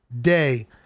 day